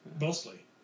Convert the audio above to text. Mostly